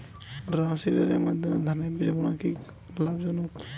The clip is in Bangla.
ড্রামসিডারের মাধ্যমে ধানের বীজ বোনা কি লাভজনক?